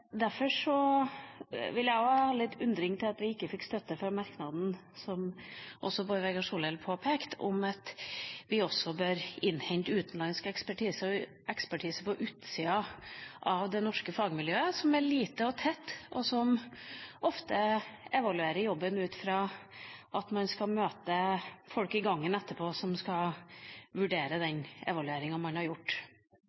Derfor er jeg også litt undrende til at vi ikke fikk støtte til merknaden, som Bård Vegar Solhjell påpekte, om at vi også bør innhente utenlandsk ekspertise, ekspertise på utsida av det norske fagmiljøet, som er lite og tett, og som ofte evaluerer jobben ut fra at man skal møte folk i gangen etterpå som skal vurdere den